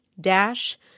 dash